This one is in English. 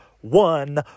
one